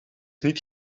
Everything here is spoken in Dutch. niet